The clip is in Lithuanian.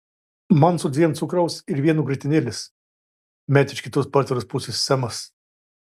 man su dviem cukraus ir vienu grietinėlės metė iš kitos pertvaros pusės semas